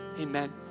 amen